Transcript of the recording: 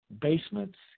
basements